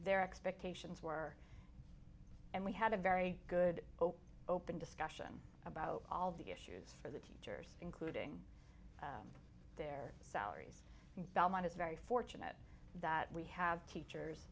their expectations were and we had a very good open open discussion about all of the issues for the teachers including their salaries and belmont is very fortunate that we have teachers